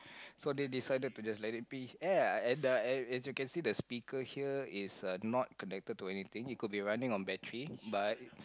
so they decided to just let it be yeah and and as you can see the speaker here is uh not connected to anything it could be running on battery but